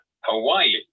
Hawaii